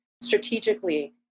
strategically